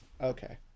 Okay